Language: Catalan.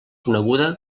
coneguda